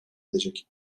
edecek